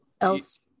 else